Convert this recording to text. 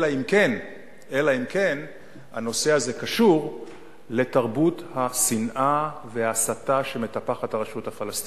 אלא אם כן הנושא הזה קשור לתרבות השנאה וההסתה שמטפחת הרשות הפלסטינית.